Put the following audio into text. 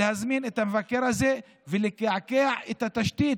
להזמין את המבקר הזה ולקעקע את התשתית,